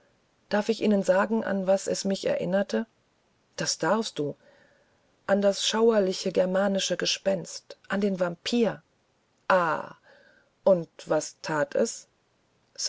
darf ich ihnen sagen an was es mich erinnerte das darfst du an das schauerliche germanische gespenst an den vampyr ah und was that es